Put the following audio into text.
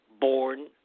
born